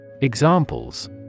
Examples